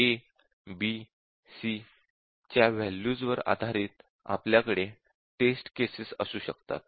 a b c च्या values वर आधारित आपल्या कडे टेस्ट केसेस असू शकतात